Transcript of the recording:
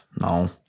No